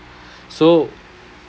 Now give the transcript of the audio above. so